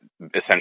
essentially